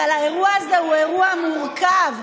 אבל האירוע הזה הוא אירוע מורכב.